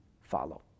follow